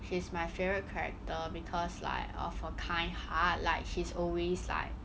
she is my favourite character because like uh for kind heart like she's always like